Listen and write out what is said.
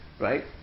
Right